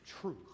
Truth